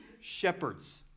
shepherds